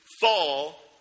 fall